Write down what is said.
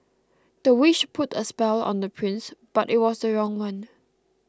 the witch put a spell on the prince but it was the wrong one